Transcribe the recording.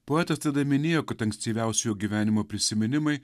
poetas tada minėjo kad ankstyviausi jo gyvenimo prisiminimai